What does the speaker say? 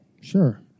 Sure